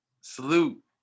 salute